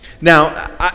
now